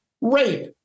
rape